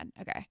Okay